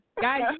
guys